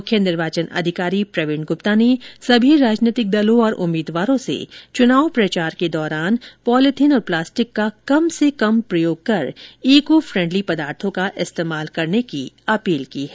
मुख्य निर्वाचन अधिकारी प्रवीण गुप्ता ने सभी राजनैतिक दलों और उम्मीदवारों से चुनाव प्रचार के दौरान पॉलिथीन और प्लास्टिक का कम से कम प्रयोग कर इको फ्रेंडली पदार्थों का इस्तेमाल करने की अपील की है